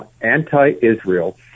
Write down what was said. anti-Israel